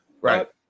Right